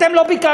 אתם לא ביקשתם.